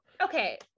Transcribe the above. okay